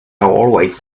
always